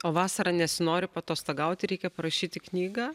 o vasarą nesinori paatostogauti reikia parašyti knygą